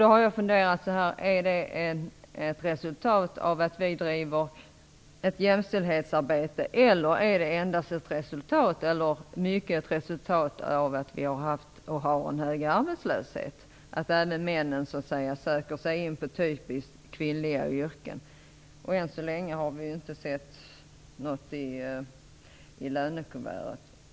Jag har undrat: Är det faktum att männen även söker sig till typiskt kvinnliga yrken ett resultat av att vi driver ett jämställdhetsarbete eller är det i stor utsträckning ett resultat av att vi har haft och har en hög arbetslöshet? Än så länge har vi inte sett något i lönekuvertet.